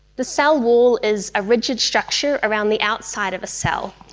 the cell wall is a rigid structure around the outside of a cell.